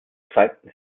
zeigten